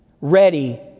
ready